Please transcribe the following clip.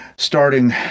Starting